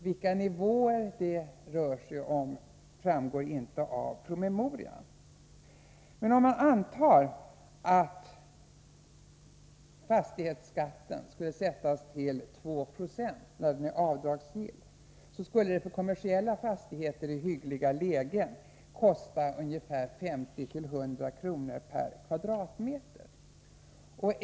Vilka nivåer det rör sig om framgår inte av promemorian, men om man antar att fastighetsskatten skulle sättas till 2 96 när den är avdragsgill, skulle det för kommersiella fastigheter i hyggliga lägen kosta ungefär 50-100 kronor per kvadratmeter.